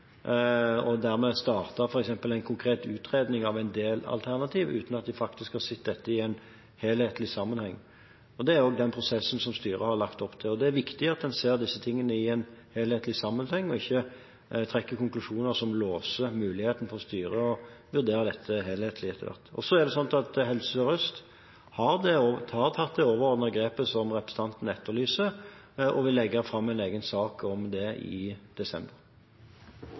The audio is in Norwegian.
og dermed starte f.eks. en konkret utredning av en del alternativer uten at de faktisk har sett dette i en helhetlig sammenheng. Det er også den prosessen som styret har lagt opp til. Det er viktig at en ser disse tingene i en helhetlig sammenheng, og ikke trekker konklusjoner som låser muligheten for styret til å vurdere dette helhetlig etter hvert. Helse Sør-Øst har tatt det overordnede grepet som representanten etterlyser, og vil legge fram en egen sak om det i desember.